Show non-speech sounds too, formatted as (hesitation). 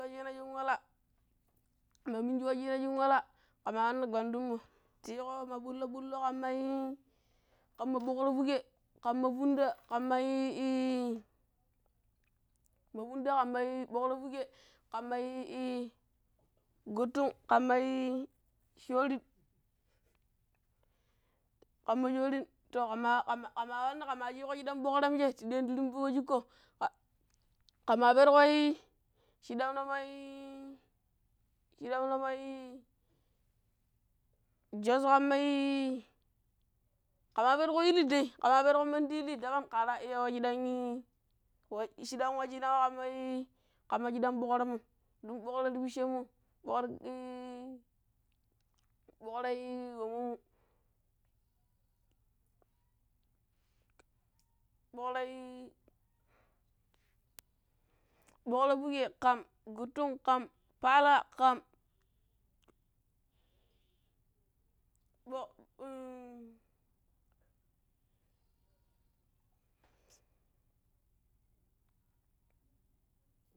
(unintelligible) ƙe maa miniji wucciina shin walla ƙe maa waana gbandum mo̱ ta yiiƙo ma ɓullo̱-ɓullo̱ ƙammai ƙamma buƙra fuke, ƙamma fwada ƙammai (hesitation) ƙammai ɓuƙra fuke kmma guttung ƙammaii shuuri, kamma shuurin to ƙamma (hesitation) kamaa wanna ka maa ciiko shiɗan bukra mije ta ɗiya̱n ta rimbiko shikko̱ ƙe maa perko shidam no̱ mai shiɗan no mai Jos ƙammai ƙama perƙo ya ili dai ke maa perƙo mandi ili daban kaara iya wai (hesitation) shiɗam wukiina mo̱ ƙamma shiƙan ɓukrammo̱m don bukra ti piccemmo̱ (unintelligible) ɓukra womo̱mo̱ (hesitation) ɓukra fuke ƙam, guttung kan paala kam. (hesitation)